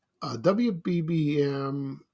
WBBM